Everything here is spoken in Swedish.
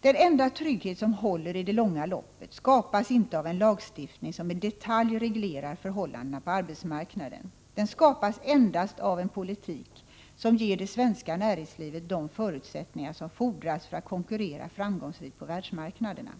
Den enda trygghet som håller i det långa loppet skapas inte av en lagstiftning som i detalj reglerar förhållandena på arbetsmarknaden. Den skapas endast av en politik som ger det svenska näringslivet de förutsättningar som fordras för att konkurrera framgångsrikt på världsmarknaderna.